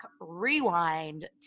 rewind